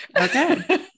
Okay